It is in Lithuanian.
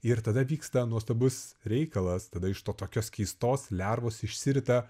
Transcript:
ir tada vyksta nuostabus reikalas tada iš to tokios keistos lervos išsirita